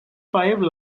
five